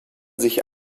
sich